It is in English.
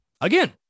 again